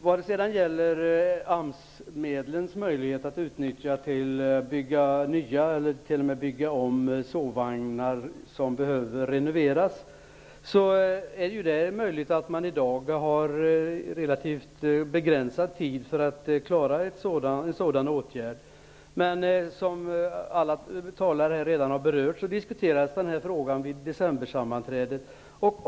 Vad gäller möjligheten att utnyttja AMS-medlen till att bygga nya sovvagnar eller t.o.m. bygga om sovvagnar som behöver renoveras, är det möjligt att man i dag har relativt begränsad tid för att klara en sådan åtgärd. Som tidigare talare redan har nämnt, diskuterades frågan vid decembersammanträdet.